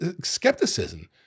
skepticism